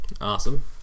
Awesome